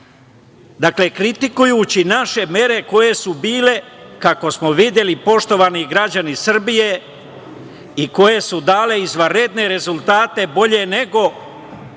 Dakle, kritikujući naše mere koje su bile kako smo videli, poštovani građani Srbije, i koje su dale izvanredne rezultate bolje nego